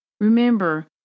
Remember